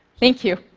thank you.